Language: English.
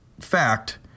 fact